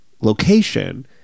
location